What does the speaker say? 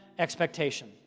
expectation